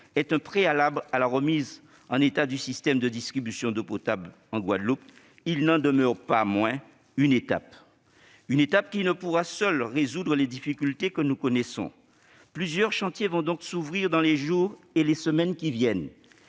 est un préalable à la remise en état du système de distribution d'eau potable en Guadeloupe, il n'en demeure pas moins une étape. Cette étape ne pourra seule résoudre les difficultés que nous connaissons. Plusieurs chantiers s'ouvriront donc dans les jours et les semaines qui viennent.